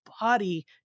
body